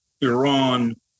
Iran